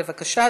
בבקשה,